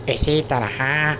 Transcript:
اسی طرح